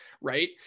right